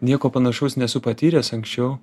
nieko panašaus nesu patyręs anksčiau